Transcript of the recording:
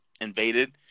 invaded